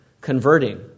converting